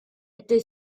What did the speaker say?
été